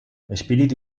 espíritu